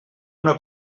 una